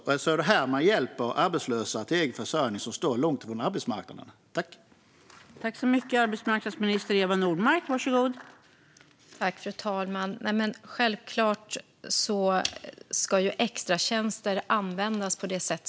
Är det så här man hjälper arbetslösa som står långt ifrån arbetsmarknaden till egen försörjning?